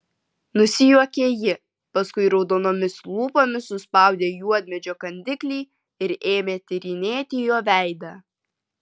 nusijuokė ji paskui raudonomis lūpomis suspaudė juodmedžio kandiklį ir ėmė tyrinėti jo veidą